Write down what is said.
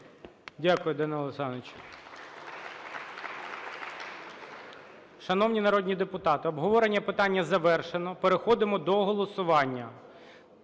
Дякую, Данило Олександрович. Шановні народні депутати, обговорення питання завершено. Переходимо до голосування.